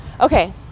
Okay